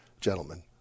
gentlemen